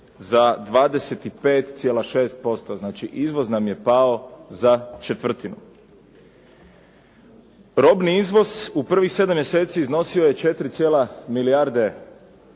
za 25,6%, znači izvoz nam je pao za četvrtinu. Robni izvoz u prvih 7 mjeseci iznosio je 4 milijarde